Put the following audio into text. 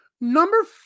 Number